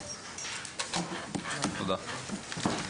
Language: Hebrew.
הוועדה נעולה.